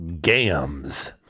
Gams